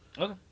Okay